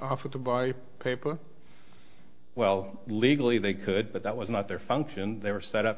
offer to buy paper well legally they could but that was not their function they were set up